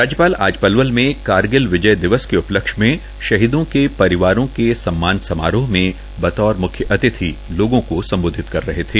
राज्यपाल आज पलवल में कारगिल विजय दिवस के उपलक्ष्य में शहीदों के परिवारों के सम्मान समारोह मे बतौर मुख्य अतिथि लोगों को सम्बोधित कर रहे थे